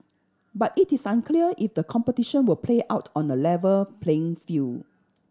but it is unclear if the competition will play out on a level playing field